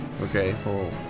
Okay